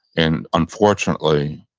and unfortunately,